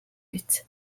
биз